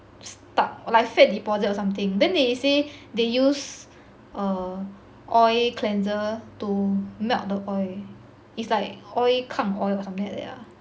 stuck like fat deposit or something then they say they use err oil cleanser to melt the oil it's like oil 抗 oil or something like that lah